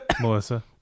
Melissa